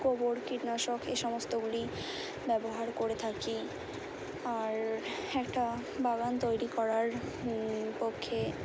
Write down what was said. গোবর কীটনাশক এ সমস্তগুলি ব্যবহার করে থাকি আর একটা বাগান তৈরি করার পক্ষে